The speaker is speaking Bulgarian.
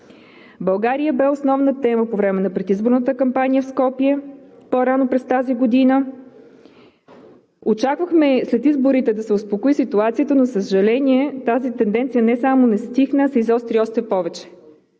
България бе основна тема по време на предизборната кампания в Скопие по-рано през тази година. Очаквахме след изборите да се успокои ситуацията, но, за съжаление, тази тенденция не само не стихна, а се изостри още повече.